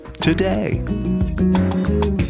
today